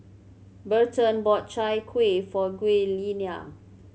Berton bought Chai Kuih for Giuliana